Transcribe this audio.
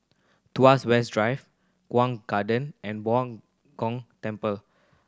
Tuas West Drive Chuan Garden and Bao Gong Temple